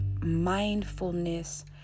mindfulness